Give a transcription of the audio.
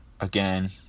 again